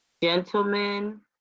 gentlemen